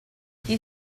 chi